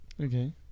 Okay